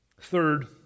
Third